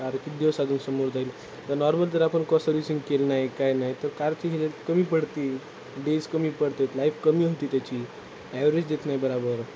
car किती दिवस अजून समोर जाईल तर नॉर्मल जर आपण क सर्विसिंग केली नाही काय नाही तर कारची हेल्त कमी पडते डेज कमी पडतात लाईफ कमी होती त्याची ॲवरेज देत नाही बरोबर